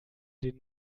den